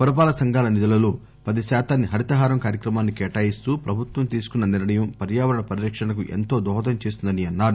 పురపాలక సంఘాల నిధుల లో పది శాతాన్ని హరితహారం కార్యక్రమానికి కేటాయిస్తూ ప్రభుత్వం తీసుకొన్న నిర్ణయం పర్యావరణ పరిరక్షణకు ఎంతో దోహదం చేస్తుందని అన్నారు